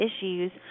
issues